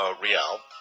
Real